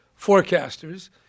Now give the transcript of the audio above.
forecasters